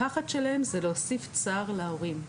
הפחד שלהם זה להוסיף צער להורים.